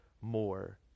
more